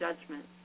judgment